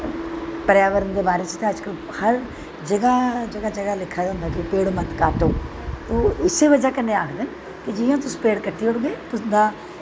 पर्यवरन दे बारे च अज्ज कल हर जगाह् जगाह् लिखे दा होंदा पेड़ मत काटो उस्सै बज़ाह् कन्नैं ाखदे न तुस पेड़ कट्टी ओड़ग् उसदा